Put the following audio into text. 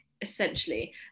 essentially